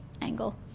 angle